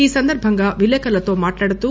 ఈ సందర్భంగా విలేకరులతో మాట్లాడుతూ